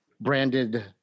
branded